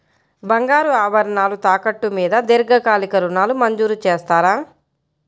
బంగారు ఆభరణాలు తాకట్టు మీద దీర్ఘకాలిక ఋణాలు మంజూరు చేస్తారా?